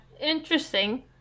Interesting